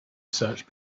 search